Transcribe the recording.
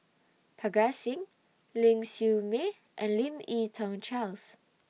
Parga Singh Ling Siew May and Lim Yi Tong Charles